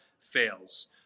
fails